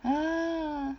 ah